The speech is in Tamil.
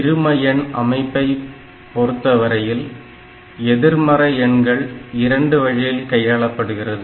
இரும எண் அமைப்பைப் பொறுத்தவரையில் எதிர்மறை எண்கள் இரண்டு வழியில் கையாளப்படுகிறது